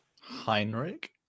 heinrich